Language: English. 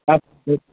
last date